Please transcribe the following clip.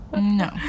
No